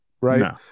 Right